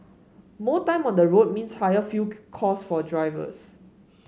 more time on the road means higher fuel cost for drivers